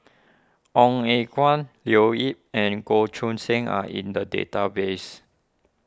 Ong Eng Guan Leo Yip and Goh Choo San are in the database